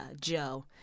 Joe